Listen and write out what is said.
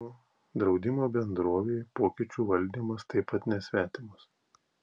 draudimo bendrovei pokyčių valdymas taip pat nesvetimas